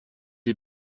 est